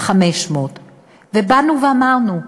500. ואמרנו: